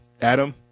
Adam